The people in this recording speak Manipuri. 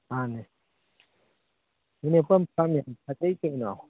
ꯃꯥꯅꯦ